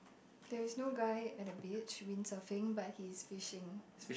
there is no guy at the beach windsurfing but he is fishing